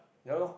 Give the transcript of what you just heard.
ya lor